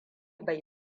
bai